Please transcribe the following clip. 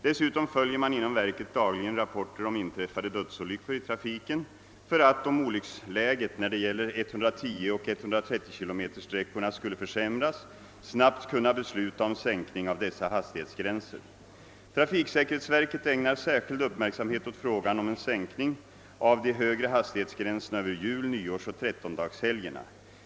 Dessutom följer man inom verket dagligen rapporter om inträffade dödsolyckor i trafiken för att, om olycksläget när det gäller 110 och 130 km-sträckorna skulle försämras, snabbt kunna besluta om sänkning av dessa hastighetsgränser. Trafiksäkerhetsver ket ägnar särskild uppmärksamhet åt frågan om en sänkning av de högre hastighetsgränserna över jul-, nyårsoch trettondagshelgerna.